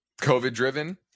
COVID-driven